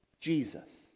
Jesus